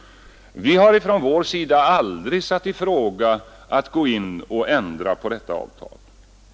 Vi har ifrån vår sida aldrig satt i fråga att man skulle ändra på detta avtal.